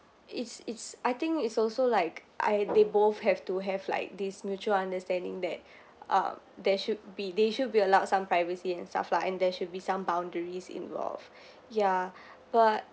it's it's I think it's also like I they both have to have like this mutual understanding that um there should be they should be allowed some privacy and stuff lah and there should be some boundaries involved ya but